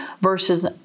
versus